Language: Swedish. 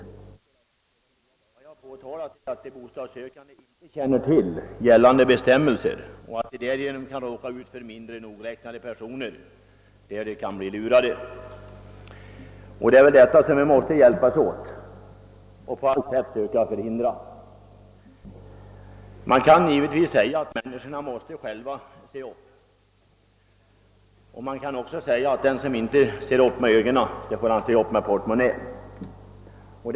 Vad jag påtalat är att de bostadssökande inte känner till gällande bestämmelser och därigenom kan råka ut för mindre nogräknade personer och bli lurade av dessa. Det är detta som vi gemensamt på allt sätt måste försöka förhindra. Man kan givetvis säga att människorna själva måste se upp och att den som inte använder sina ögon i stället får använda sin portmonnä.